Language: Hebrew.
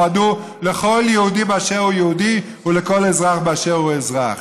נועדו לכל יהודי באשר הוא יהודי ולכל אזרח באשר הוא אזרח.